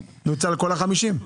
נוצל כל ה-50?